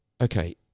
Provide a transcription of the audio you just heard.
okay